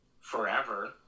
forever